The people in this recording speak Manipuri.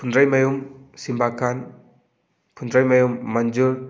ꯐꯨꯟꯗ꯭ꯔꯩꯃꯌꯨꯝ ꯁꯤꯝꯕꯥ ꯈꯥꯟ ꯐꯨꯟꯗ꯭ꯔꯩꯃꯌꯨꯝ ꯃꯟꯖꯨꯔ